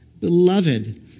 beloved